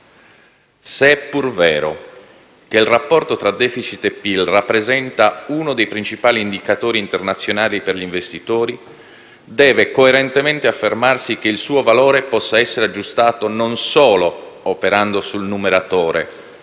Se è pur vero che il rapporto tra *deficit* e PIL rappresenta uno dei principali indicatori internazionali per gli investitori, deve coerentemente affermarsi che il suo valore possa essere aggiustato operando non solo sul numeratore